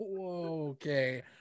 okay